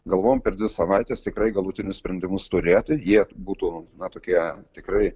galvojam per dvi savaites tikrai galutinius sprendimus turėti jie būtų na tokie tikrai